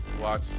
watch